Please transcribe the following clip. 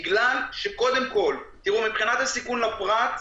בגלל שמבחינת הסיכון לפרט,